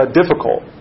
difficult